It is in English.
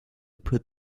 put